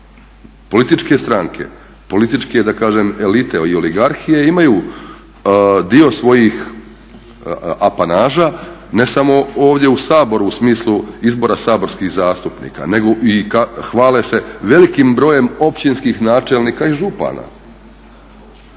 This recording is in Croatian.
Političke stranke, političke elite ili oligarhije imaju dio svojih apanaža ne samo ovdje u Saboru u smislu izbora saborskih zastupnika nego hvale se velikim brojem općinskih načelnika i župana